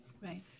Right